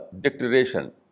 declaration